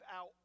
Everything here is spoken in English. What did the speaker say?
out